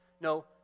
No